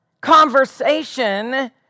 conversation